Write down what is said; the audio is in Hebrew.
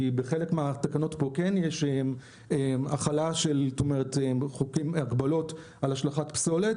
כי בחלק מהתקנות פה כן יש הכלה של הגבלות על השלכת פסולת,